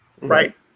Right